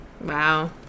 wow